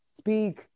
speak